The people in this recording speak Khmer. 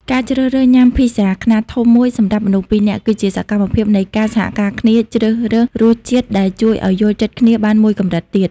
ការជ្រើសរើសញ៉ាំ Pizza ខ្នាតធំមួយសម្រាប់មនុស្សពីរនាក់ គឺជាសកម្មភាពនៃការសហការគ្នាជ្រើសរើសរសជាតិ ដែលជួយឱ្យយល់ចិត្តគ្នាបានមួយកម្រិតទៀត។